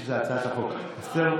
הכנסת,